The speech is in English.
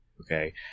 Okay